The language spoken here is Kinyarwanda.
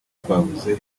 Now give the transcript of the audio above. twavuze